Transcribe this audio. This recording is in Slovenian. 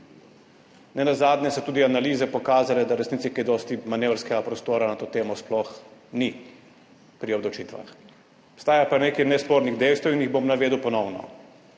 Nenazadnje so tudi analize pokazale, da v resnici kaj dosti manevrskega prostora na to temo sploh ni pri obdavčitvah. Obstaja pa nekaj nespornih dejstev in jih bom navedel ponovno.